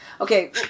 Okay